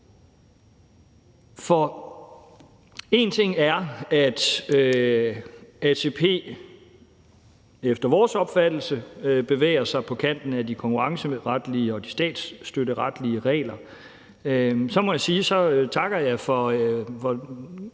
en ting er, at ATP efter vores opfattelse bevæger sig på kanten af de konkurrenceretlige og de statsstøtteretlige regler. Jeg må sige, at så takker jeg